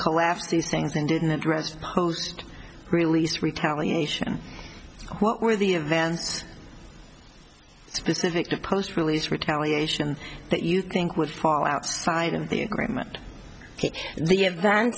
collapse these things and didn't address supposed release retaliation what were the events specific the post release retaliation that you think would fall outside of the agreement the e